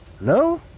No